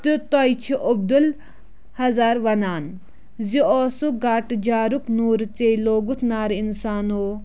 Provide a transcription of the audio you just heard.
تہٕ تۄہہِ چھِ عبدال حظر وَنان زِ اوسُکھ گٹہٕ جارُک نوٗر ژےٚ لوگُت نارٕ اِنسانو